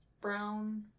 brown